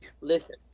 listen